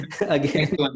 again